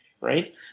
right